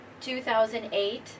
2008